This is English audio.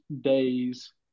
days